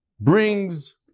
brings